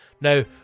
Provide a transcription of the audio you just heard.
Now